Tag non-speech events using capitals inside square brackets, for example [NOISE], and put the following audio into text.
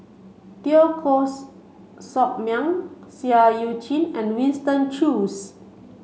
Teo Koh [UNINTELLIGIBLE] Sock Miang Seah Eu Chin and Winston Choos